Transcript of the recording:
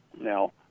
Now